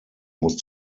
muss